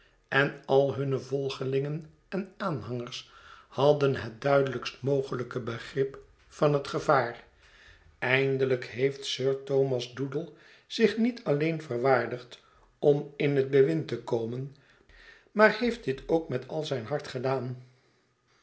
en al hunne volgelingen en aanhangers hadden het duidelijkst mogelijke begrip van het gevaar eindelijk heeft sir thomas doodle zich niet alleen verwaardigd om in het bewind te komen maar heeft dit ook met al zijn hart gedaan